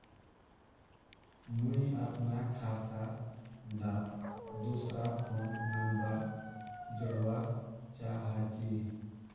मुई अपना खाता डात दूसरा फोन नंबर जोड़वा चाहची?